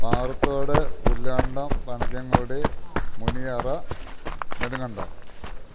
Parathodu Pullandam Panikkankudi Muniyara Nedumkandam